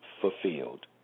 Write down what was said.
fulfilled